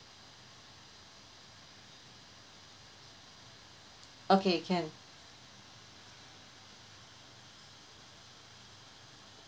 okay can